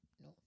no